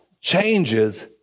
changes